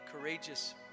courageous